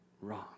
wrong